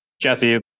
Jesse